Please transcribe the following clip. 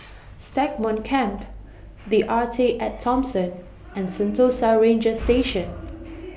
Stagmont Camp The Arte and Thomson and Sentosa Ranger Station